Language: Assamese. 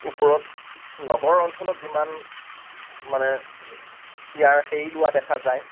ওপৰত নগৰ অঞ্চলত যিমান মানে ইয়াৰ হেৰি লোৱা দেখা যায়